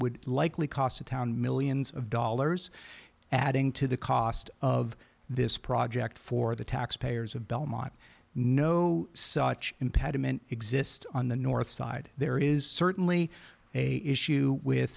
would likely cost the town millions of dollars adding to the cost of this project for the taxpayers of belmont no such impediment exists on the north side there is certainly a issue with